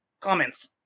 comments